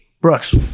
Brooks